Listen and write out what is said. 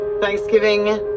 thanksgiving